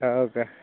हाव का